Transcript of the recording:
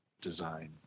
design